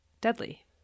deadly